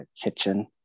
kitchen